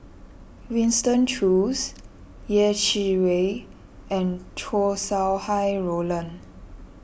Winston Choos Yeh Chi Wei and Chow Sau Hai Roland